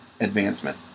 advancement